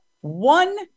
one